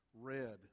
red